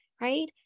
Right